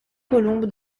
colombe